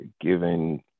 given